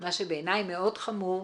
מה שבעיניי מאוד חמור,